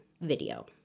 video